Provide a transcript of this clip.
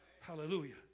Hallelujah